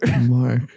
Mark